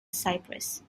cyprus